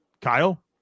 Kyle